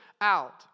out